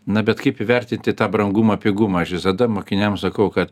na bet kaip įvertinti tą brangumą pigumą aš visada mokiniams sakau kad